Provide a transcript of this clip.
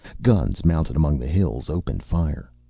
guns mounted among the hills opened fire.